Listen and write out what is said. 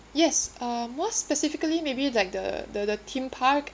yes uh more specifically maybe like the the the theme park